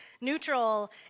Neutral